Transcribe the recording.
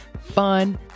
fun